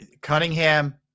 Cunningham